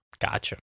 gotcha